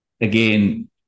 again